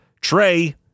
Trey